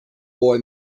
boy